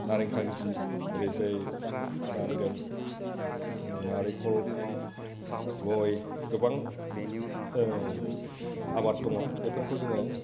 नारें कार्जि ओरैजाय मा होनगोन नारेंखल गय गोबां आबाद दङ बेफोरखौ जोङो